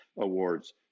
awards